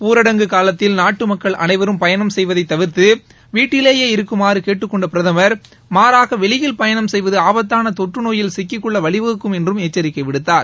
ஊரடங்கு காலத்தில் நாட்டு மக்கள் அனைவரும் பயணம் செய்வதை தவிர்த்து வீட்டிலேயே இருக்குமாறு கேட்டுக் கொண்ட பிரதமர் மாறாக வெளியில் பயணம் செய்வது ஆபத்தான தொற்று நோயில் சிக்கிக் கொள்ள வழிவகுக்கும் என்றும் எச்சரிக்கை விடுத்தார்